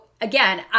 again